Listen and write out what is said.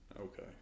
Okay